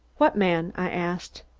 what man? i asked.